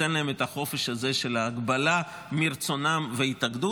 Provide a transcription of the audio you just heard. ניתן להם את החופש הזה של ההגבלה מרצונם והתאגדות.